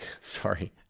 sorry